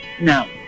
no